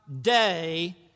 day